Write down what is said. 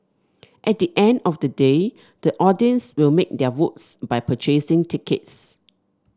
at the end of the day the audience will make their votes by purchasing tickets